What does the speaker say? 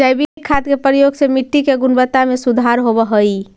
जैविक खाद के प्रयोग से मट्टी के गुणवत्ता में सुधार होवऽ हई